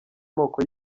moko